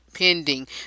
pending